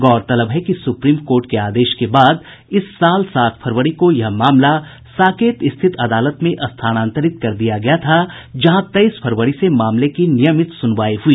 गौरतलब है कि सुप्रीम कोर्ट के आदेश के बाद इस साल सात फरवरी को यह मामला साकेत स्थित अदालत में स्थानांतरित कर दिया गया था जहां तेईस फरवरी से मामले की नियमित सुनवाई हुई